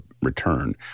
return